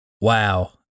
Wow